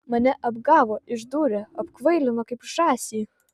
mane apgavo išdūrė apkvailino kaip žąsį